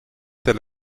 the